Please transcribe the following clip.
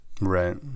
Right